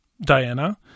Diana